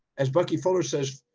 as bucky fuller says,